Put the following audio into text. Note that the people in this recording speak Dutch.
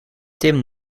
tim